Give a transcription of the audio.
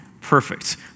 perfect